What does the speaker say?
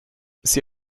sie